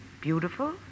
beautiful